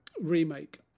Remake